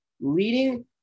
leading